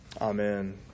Amen